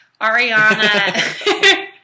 Ariana